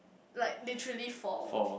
like mutually for